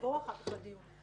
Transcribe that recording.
כמה נקודות עקרוניות ולחדד אותן.